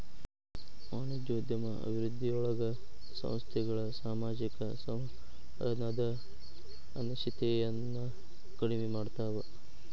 ವಾಣಿಜ್ಯೋದ್ಯಮ ಅಭಿವೃದ್ಧಿಯೊಳಗ ಸಂಸ್ಥೆಗಳ ಸಾಮಾಜಿಕ ಸಂವಹನದ ಅನಿಶ್ಚಿತತೆಯನ್ನ ಕಡಿಮೆ ಮಾಡ್ತವಾ